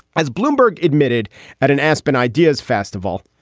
as bloomberg admitted at an aspen ideas festival,